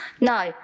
No